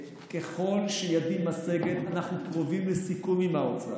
ככל שידי משגת, אנחנו קרובים לסיכום עם האוצר.